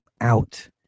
out